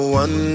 one